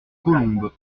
colombes